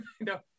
no